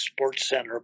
SportsCenter